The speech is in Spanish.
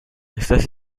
estas